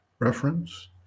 Reference